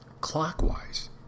clockwise